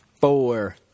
four